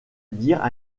dire